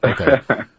okay